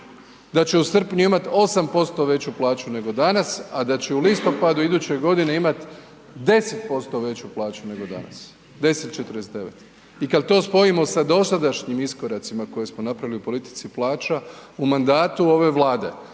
da će u srpnju imat 8% veću plaću nego danas, a da će u listopadu iduće godine imat 10% veću plaću nego danas, 10,49 i kad to spojimo sa dosadašnjim iskoracima koje smo napravili u politici plaća, u mandatu ove Vlade